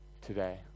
today